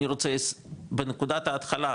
אני רוצה בנקודת ההתחלה,